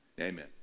Amen